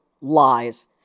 lies